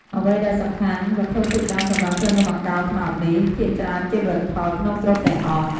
អ្វីដែលសំខាន់ វត្ថុធាតុដើមសម្រាប់ធ្វើនំអាកោត្នោតនេះ ភាគច្រើនជាផលិតផលក្នុងស្រុកទាំងអស់។